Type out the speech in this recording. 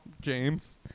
James